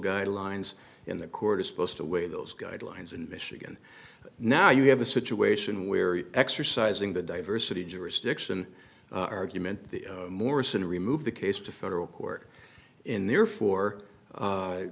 guidelines in the court is supposed to weigh those guidelines and michigan now you have a situation where exercising the diversity jurisdiction argument the morrison remove the case to federal court in therefore